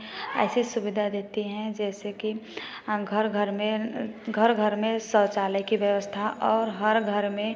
ऐसी सुविधा देते हैं जैसे कि घर घर में घर घर में शौचालय की व्यवस्था और हर घर में